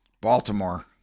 Baltimore